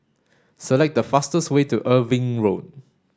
select the fastest way to Irving Road